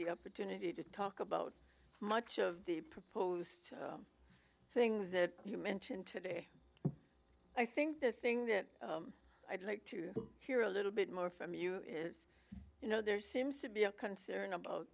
the opportunity to talk about much of the proposed things that you mentioned today i think the thing that i'd like to hear a little bit more from you is you know there seems to be a concern about